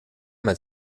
met